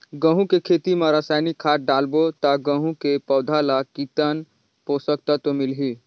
गंहू के खेती मां रसायनिक खाद डालबो ता गंहू के पौधा ला कितन पोषक तत्व मिलही?